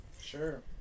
sure